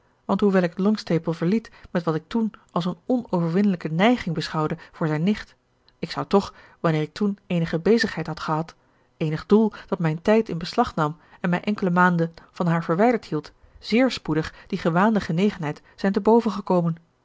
want hoewel ik longstaple verliet met wat ik toen als eene onoverwinnelijke neiging beschouwde voor zijne nicht ik zou toch wanneer ik toen eenige bezigheid had gehad eenig doel dat mijn tijd in beslag nam en mij enkele maanden van haar verwijderd hield zeer spoedig die gewaande genegenheid zijn te boven gekomen